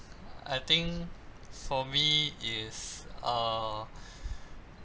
I think for me is err